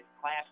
Class